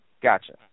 Gotcha